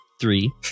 three